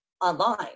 online